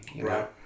Right